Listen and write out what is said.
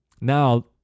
Now